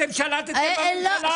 אתם שלטתם בממשלה הזאת.